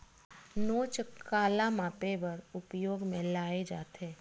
नोच काला मापे बर उपयोग म लाये जाथे?